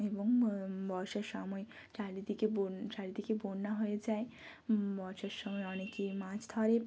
এবং বর্ষার সাময়িক চারিদিকে বন চারদিকে বন্যা হয়ে যায় বর্ষার সময় অনেকেই মাছ ধরে